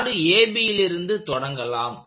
rod ABலிருந்து தொடங்கலாம்